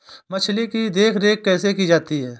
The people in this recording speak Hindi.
मछली की देखरेख कैसे की जाती है?